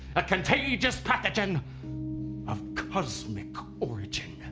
a contagious pathogen of cosmic origin.